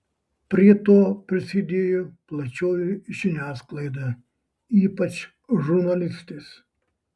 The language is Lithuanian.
prie to prisidėjo plačioji žiniasklaida ypač žurnalistės